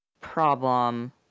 problem